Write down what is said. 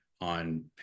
on